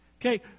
Okay